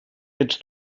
ets